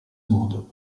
modo